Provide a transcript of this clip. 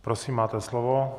Prosím, máte slovo.